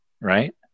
right